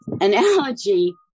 analogy